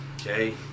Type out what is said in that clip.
okay